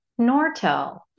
Nortel